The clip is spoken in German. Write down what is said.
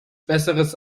besseres